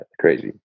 crazy